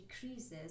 decreases